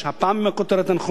הפעם עם הכותרת הנכונה.